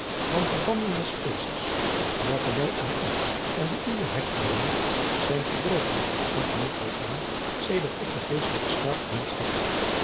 want de banden des vleesches welke mij aan u en de uwen hechteden zijn verbroken en te niet gegaan sedert ik den geestelijken staat omhelsd heb